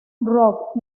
rock